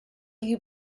you